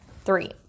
three